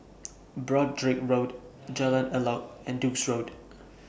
Broadrick Road Jalan Elok and Duke's Road